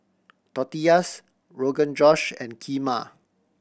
Tortillas Rogan Josh and Kheema